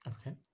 okay